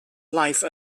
life